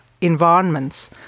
environments